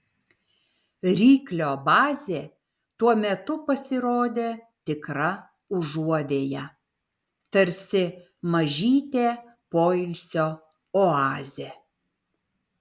ryklio bazė tuo metu pasirodė tikra užuovėja tarsi mažytė poilsio oazė